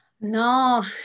No